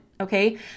Okay